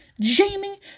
Jamie